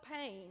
pain